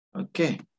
Okay